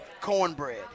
cornbread